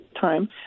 time